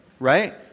right